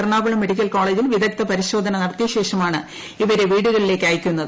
Ernakulam medical കോളേജിൽ വിദഗ്ദ്ധ പരിശോധന നടത്തിയശേഷമാണ് ഇവരെ വീടുകളിലേയ്ക്ക് അയയ്ക്കുന്നത്